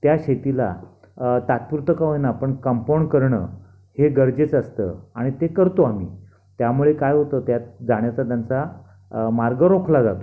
त्या शेतीला तात्पुरतं का होईना पण कंपाऊंड करणं हे गरजेचं असतं आणि ते करतो आम्ही त्यामुळे काय होतं त्यात जाण्याचा त्यांचा मार्ग रोखला जातो